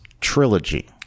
trilogy